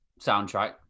soundtrack